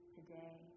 today